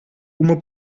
uma